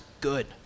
good